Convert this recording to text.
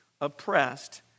oppressed